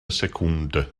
sekunde